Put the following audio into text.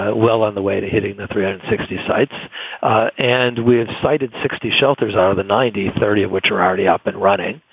well, on the way to hitting the three hundred and sixty sites and we have cited sixty shelters out of the ninety, thirty of which are already up and running.